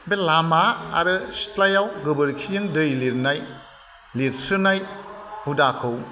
बे लामा आरो सिथ्लायाव गोबोरखिजों दै लिरनाय लिरस्रोनाय हुदाखौ